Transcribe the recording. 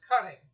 cutting